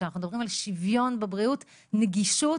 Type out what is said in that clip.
כשאנחנו מדברים על שוויון בבריאות נגישות